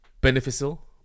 beneficial